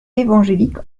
évangélique